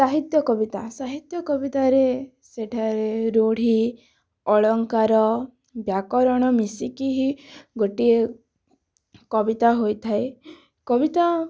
ସାହିତ୍ୟ କବିତା ସାହିତ୍ୟ କବିତାରେ ସେଠାରେ ରୁଢ଼ୀ ଅଳଙ୍କାର ବ୍ୟାକରଣ ମିଶିକି ହିଁ ଗୋଟିଏ କବିତା ହୋଇଥାଏ କବିତା